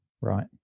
right